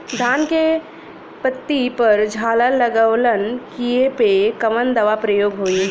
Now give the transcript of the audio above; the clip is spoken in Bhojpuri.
धान के पत्ती पर झाला लगववलन कियेपे कवन दवा प्रयोग होई?